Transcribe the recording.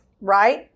right